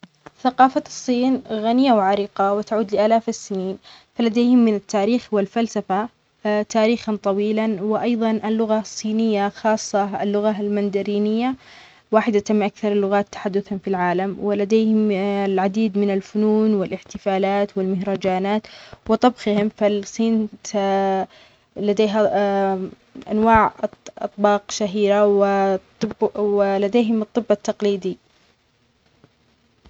ثقافة الصين غنية وعريقة وتعود لآلاف السنين، فلديهم من التاريخ و الفلسفة تاريخًا طويلًا وأيضًا اللغة صينية خاصة اللغة المندرينية واحدة من أكثر اللغات تحدثًا في العالم، ولديهم العديد من الفنون والاحتفالات والمهرجانات وطبخهم، فالصين ت لديها (اا) أنواع أطباق شهيرة ولديهم الطب التقليدي.